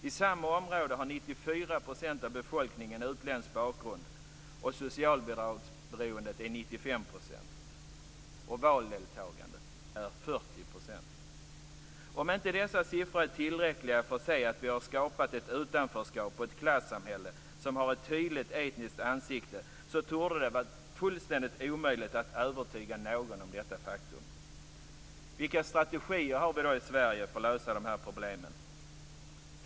I samma område har Om inte dessa siffror är tillräckliga för att visa att vi har skapat ett utanförskap och ett klassamhälle som har ett tydligt etniskt ansikte torde det vara fullständigt omöjligt att övertyga någon om detta faktum. Vilka strategier har vi då i Sverige för att lösa de här problemen?